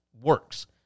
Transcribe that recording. works